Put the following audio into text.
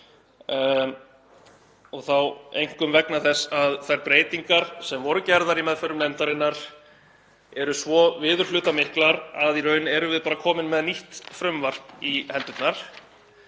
og þá einkum vegna þess að þær breytingar sem voru gerðar í meðförum nefndarinnar eru svo viðurhlutamiklar að í raun erum við bara komin með nýtt frumvarp í hendurnar,